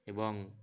ଏବଂ